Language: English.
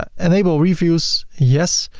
enable reviews yes.